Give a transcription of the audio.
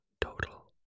total